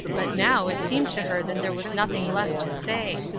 but now it seemed to her that there was nothing left to say.